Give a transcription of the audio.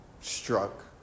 struck